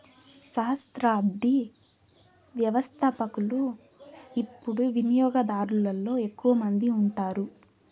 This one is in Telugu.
సహస్రాబ్ది వ్యవస్థపకులు యిపుడు వినియోగదారులలో ఎక్కువ మంది ఉండారు